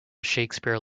shakespeare